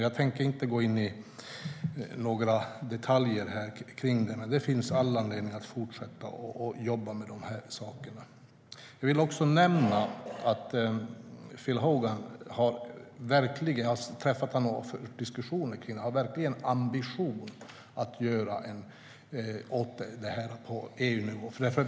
Jag tänker inte gå in på några detaljer här, men det finns all anledning att fortsätta att jobba med de här sakerna. Jag vill nämna att Phil Hogan, som jag har träffat och fört diskussioner med, har ambitionen att verkligen göra något åt detta på EU-nivå.